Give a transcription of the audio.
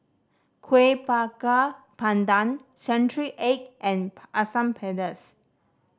Kueh Bakar Pandan century egg and Asam Pedas